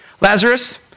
Lazarus